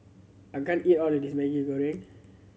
I can't eat all of this Maggi Goreng